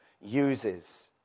uses